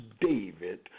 David